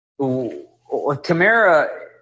Kamara